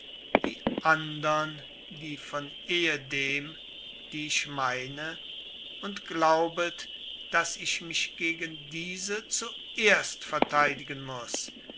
die andern die von ehedem die ich meine und glaubet daß ich mich gegen diese zuerst verteidigen muß